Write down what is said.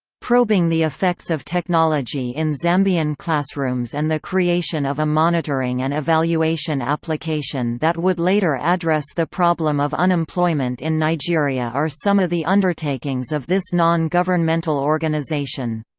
probing the effects of technology in zambian classrooms and the creation of a monitoring and evaluation application that would later address the problem of unemployment in nigeria are some of the undertakings of this non-governmental organization.